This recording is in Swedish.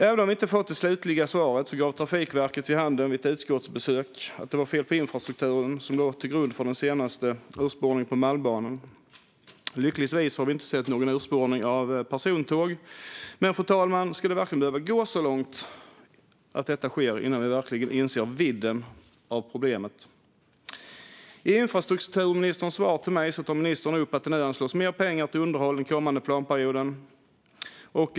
Även om vi inte har fått det slutliga svaret gav Trafikverket vid handen vid ett utskottsbesök att det var fel på infrastrukturen som låg till grund för den senaste urspårningen på Malmbanan. Lyckligtvis har vi inte sett någon urspårning av persontåg. Men, fru talman, ska det verkligen behöva gå så långt att detta sker innan vi verkligen inser vidden av problemet? I infrastrukturministerns svar till mig tar ministern upp att det nu anslås mer pengar till underhåll under den kommande planperioden.